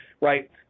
right